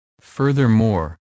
Furthermore